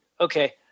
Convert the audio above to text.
Okay